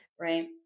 right